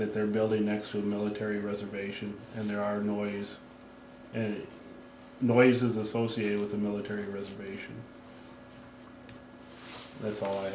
that they're building next to the military reservation and there are noise and noise associated with the military reservation that's all